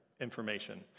information